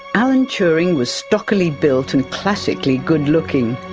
alan turing was stockily built and classically good looking.